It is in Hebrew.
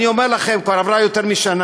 אני אומר לכם, כבר עברה יותר משנה.